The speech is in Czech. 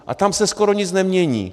A tam se skoro nic nemění.